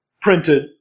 printed